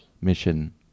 Mission